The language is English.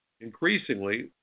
increasingly